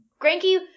Granky